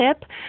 tip